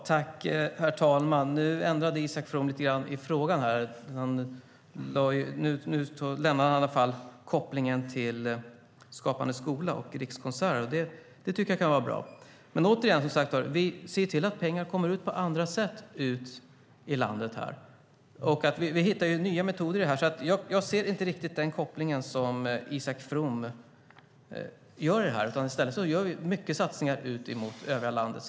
Herr talman! Nu ändrade Isak From lite i frågan. Nu lämnade han i alla fall kopplingen mellan Skapande skola och Rikskonserter. Det tycker jag kan vara bra. Återigen vill jag framhålla att vi ser till att pengar kommer ut i landet på andra sätt. Vi hittar nya metoder här. Jag ser inte riktigt den koppling som Isak From gör. I stället gör vi mycket satsningar som riktar sig mot övriga landet.